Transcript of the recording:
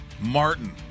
Martin